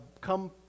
come